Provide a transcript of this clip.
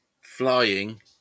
Flying